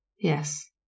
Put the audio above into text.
Yes